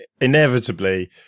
inevitably